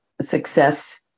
success